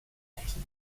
techniken